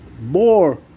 more